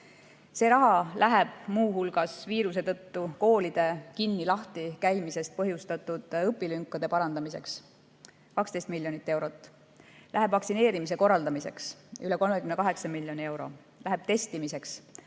See raha läheb muu hulgas viiruse tõttu koolide kinni-lahti käimisest põhjustatud õpilünkade parandamiseks – 12 miljonit eurot; läheb vaktsineerimise korraldamiseks – üle 38 miljoni euro; läheb testimiseks